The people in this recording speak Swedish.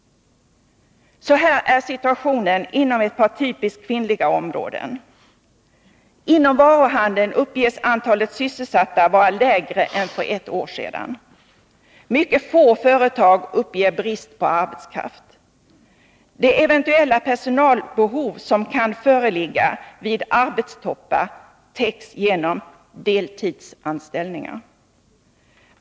Så här är situationen inom ett par typiskt kvinnliga områden. Inom varuhandeln uppges antalet sysselsatta vara lägre än för ett år sedan. Mycket få företag uppger brist på arbetskraft. Det eventuella personalbehov som kan föreligga vid arbetstoppar täcks genom deltidsanställningar.